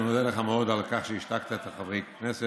אני מודה לך מאוד על כך שהשתקת את חברי הכנסת